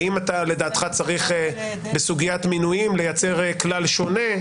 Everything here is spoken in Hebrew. האם אתה לדעתך צריך בסוגיית מינויים לייצר כלל שונה,